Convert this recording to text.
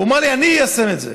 הוא אמר לי: אני איישם את זה.